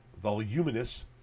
voluminous